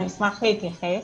אני אשמח להתייחס.